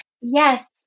Yes